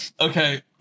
okay